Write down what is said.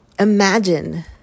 Imagine